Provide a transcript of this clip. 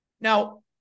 Now